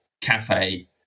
cafe